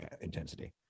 intensity